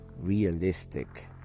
realistic